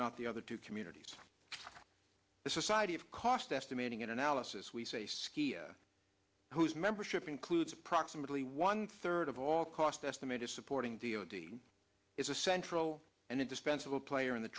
not the other two communities the society of cost estimating and analysis we say skia whose membership includes approximately one third of all cost estimated supporting d o d is a central and indispensable player in the